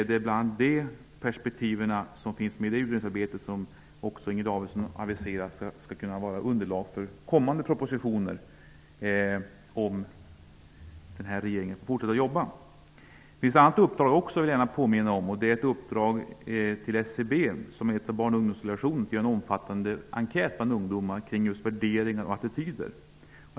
De perspektiv som anläggs i utredningsarbetet skall enligt vad Inger Davidson aviserat också kunna vara underlag för kommande propositioner, om den nuvarande regeringen får fortsätta att arbeta. Jag vill också påminna om ett uppdrag till SCB, med rubriken Barn och ungdomsrelationer. Det är fråga om en omfattande enkät bland ungdomar om deras värderingar och attityder.